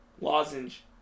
Lozenge